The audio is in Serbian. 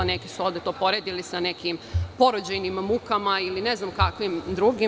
Neki su ovde to poredili sa nekim porođajnim mukama ili ne znam kakvim drugim.